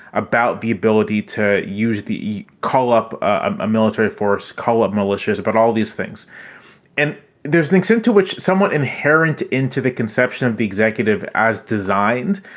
about the ability to use the call up a military force, call up militias. but all these things and there's things into which somewhat inherent into the conception of the executive as designed,